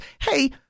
hey